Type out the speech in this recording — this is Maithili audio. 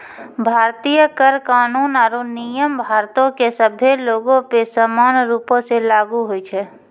भारतीय कर कानून आरु नियम भारतो के सभ्भे लोगो पे समान रूपो से लागू होय छै